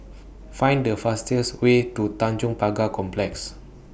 Find The fastest Way to Tanjong Pagar Complex